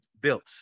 built